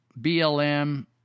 BLM